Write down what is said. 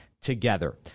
together